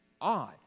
odd